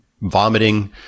vomiting